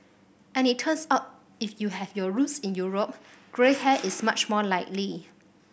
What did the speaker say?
and it turns out if you have your roots in Europe grey hair is much more likely